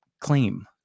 claim